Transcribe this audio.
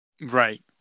Right